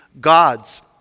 gods